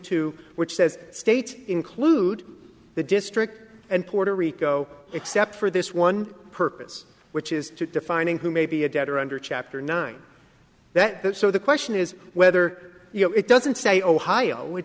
two which says state include the district and puerto rico except for this one purpose which is to defining who may be a debtor under chapter nine that the so the question is whether you know it doesn't say ohio which